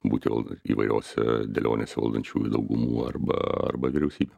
būtil įvairiose dėlionėse valdančiųjų daugumų arba arba vyriausybių